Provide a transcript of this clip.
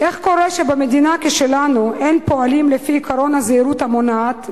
איך קורה שבמדינה כשלנו אין פועלים לפי עקרון הזהירות המונעת,